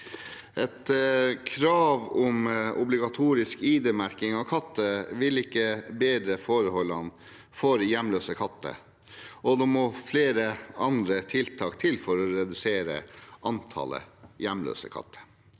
Et krav om obligatorisk ID-merking av katter vil ikke bedre forholdene for hjemløse katter, og det må flere andre tiltak til for å redusere antallet hjemløse katter.